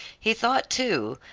he thought, too,